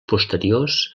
posteriors